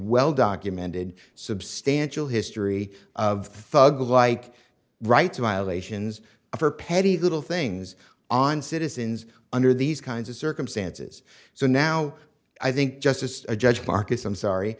well documented substantial history of thug like rights violations or petty little things on citizens under these kinds of circumstances so now i think just as a judge marcus i'm sorry